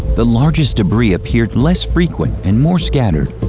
the largest debris appeared less frequent and more scattered.